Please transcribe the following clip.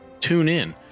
TuneIn